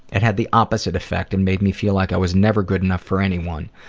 it had the opposite effect and made me feel like i was never good enough for anyone.